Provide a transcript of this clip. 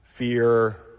fear